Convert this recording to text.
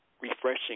refreshing